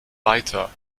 weiter